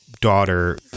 daughter